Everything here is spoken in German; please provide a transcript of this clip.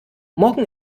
morgen